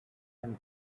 him